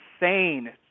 insane